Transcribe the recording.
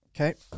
Okay